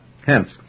Hence